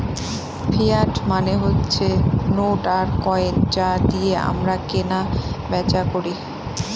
fiat মানে হচ্ছে note আর কয়েন যা দিয়ে আমরা কেনা বেচা করি